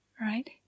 Right